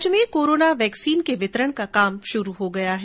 राज्य में corona vaccine के वितरण का काम शुरू हो गया है